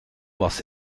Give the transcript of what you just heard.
was